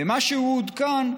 ומה שהוא עודכן,